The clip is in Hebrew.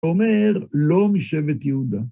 אומר לא משבט יהודה.